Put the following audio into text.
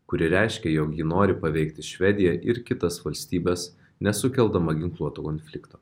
kuri reiškia jog ji nori paveikti švediją ir kitas valstybes nesukeldama ginkluoto konflikto